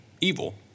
evil